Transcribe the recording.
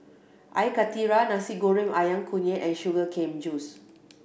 Air Karthira Nasi Goreng Ayam Kunyit and sugar cane juice